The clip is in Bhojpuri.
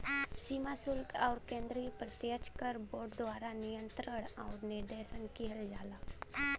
सीमा शुल्क आउर केंद्रीय प्रत्यक्ष कर बोर्ड द्वारा नियंत्रण आउर निर्देशन किहल जाला